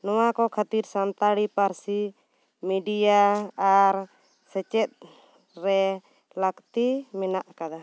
ᱱᱚᱣᱟ ᱠᱚ ᱠᱷᱟᱹᱛᱤᱨ ᱥᱟᱱᱛᱟᱲᱤ ᱯᱟᱹᱨᱥᱤ ᱢᱤᱰᱤᱭᱟ ᱟᱨ ᱥᱮᱪᱮᱫ ᱨᱮ ᱞᱟᱹᱠᱛᱤ ᱢᱮᱱᱟᱜ ᱟᱠᱟᱫᱟ